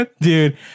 Dude